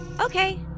Okay